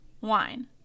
wine